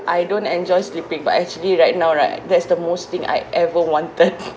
I don't enjoy sleeping but actually right now right that's the most thing I ever wanted